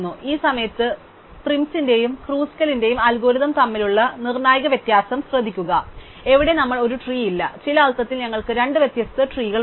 ഈ സമയത്ത് പ്രിംസ് ൻറെയും Kruskal ന്റെയും അൽഗോരിതം തമ്മിലുള്ള നിർണായക വ്യത്യാസം ശ്രദ്ധിക്കുക എവിടെ നമ്മൾക്കു ഒരു ട്രീ ഇല്ല ചില അർത്ഥത്തിൽ ഞങ്ങൾക്ക് രണ്ട് വ്യത്യസ്ഥ ട്രീ കളുണ്ട്